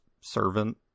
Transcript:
servant